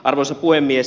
arvoisa puhemies